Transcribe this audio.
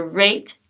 rate